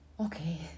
Okay